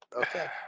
Okay